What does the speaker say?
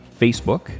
Facebook